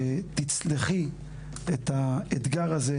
שתצלחי את האתגר הזה,